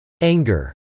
Anger